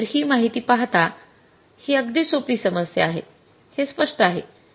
तर ही माहिती पाहता ही अगदी सोपी समस्या आहे हे स्पष्ट आहे